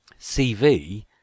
CV